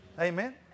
Amen